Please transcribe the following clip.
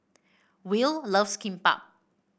Will loves Kimbap